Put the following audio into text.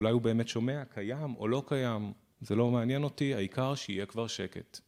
אולי הוא באמת שומע, קיים או לא קיים? זה לא מעניין אותי, העיקר שיהיה כבר שקט.